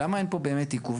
ולמה אין פה באמת עיכוב?